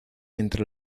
entre